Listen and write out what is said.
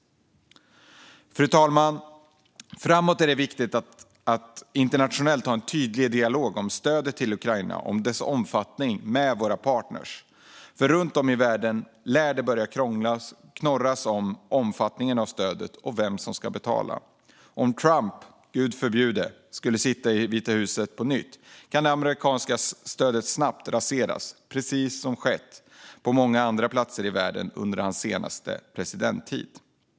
Fru talman! Framåt är det viktigt att internationellt ha en tydlig dialog om stödet till Ukraina och dess omfattning med våra partner, för runt om i världen lär det börja knorras om omfattningen av stödet och vem som ska betala. Om Trump, gud förbjude, skulle komma att sitta i Vita huset på nytt kan det amerikanska stödet snabbt raseras, precis som skedde på många andra platser i världen under hans senaste presidenttid.